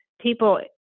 people